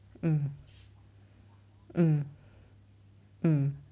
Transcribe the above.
mm mm mm